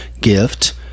gift